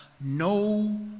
no